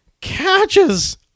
catches